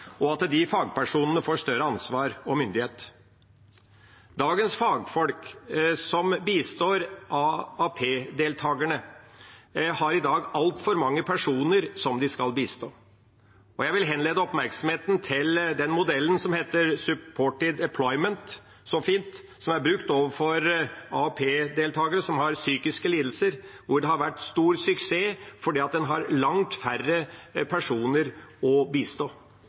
og at de fagpersonene får større ansvar og myndighet. Dagens fagfolk som bistår AAP-deltakerne, har i dag altfor mange personer å bistå. Jeg vil henlede oppmerksomheten mot den modellen som så fint heter «Supported Employment», som er blitt brukt overfor AAP-deltakere som har psykiske lidelser. Det har vært en stor suksess fordi en har langt færre personer å bistå.